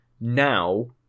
Now